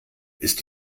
ist